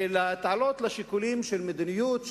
ולהתעלות לשיקולים של מדיניות,